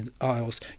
Isles